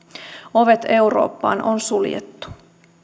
ovet eurooppaan on suljettu